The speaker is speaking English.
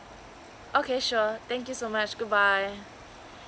okay sure thank you so much good bye